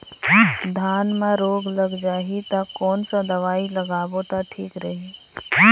धान म रोग लग जाही ता कोन सा दवाई लगाबो ता ठीक रही?